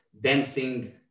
Dancing